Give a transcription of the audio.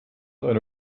eine